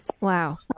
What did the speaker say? Wow